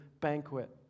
banquet